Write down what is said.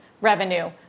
revenue